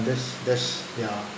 test test yeah